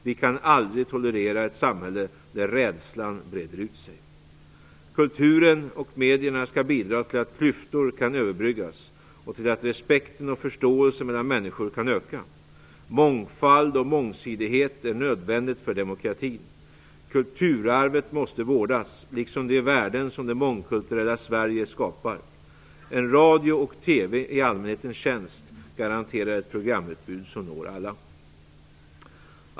Vi kan aldrig tolerera ett samhälle där rädslan breder ut sig. Kulturen och medierna skall bidra till att klyftor kan överbryggas och till att respekten och förståelsen mellan människor kan öka. Mångfald och mångsidighet är nödvändigt för demokratin. Kulturarvet måste vårdas, liksom de värden som det mångkulturella Sverige skapar. En radio och TV i allmänhetens tjänst garanterar ett programutbud som når alla.